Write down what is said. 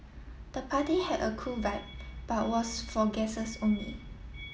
the party had a cool vibe but was for guesses only